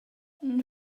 ddeufaen